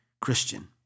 Christian